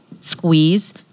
squeeze